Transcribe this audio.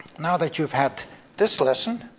now that you've had this lesson,